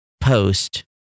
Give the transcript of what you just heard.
post